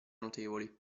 notevoli